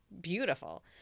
beautiful